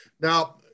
Now